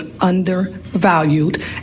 undervalued